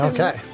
Okay